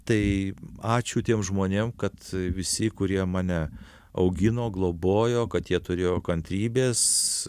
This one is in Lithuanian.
tai ačiū tiem žmonėm kad visi kurie mane augino globojo kad jie turėjo kantrybės